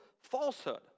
falsehood